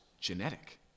genetic